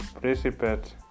precipitate